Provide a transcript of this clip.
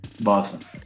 Boston